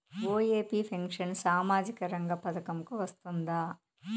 OAP pension సామాజిక రంగ పథకం కు వస్తుందా?